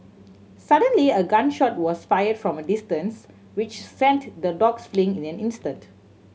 suddenly a gun shot was fired from a distance which sent the dogs fleeing in an instant